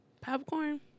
Popcorn